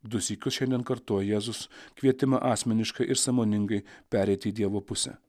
du sykius šiandien kartojo jėzus kvietimą asmeniškai ir sąmoningai pereiti į dievo pusę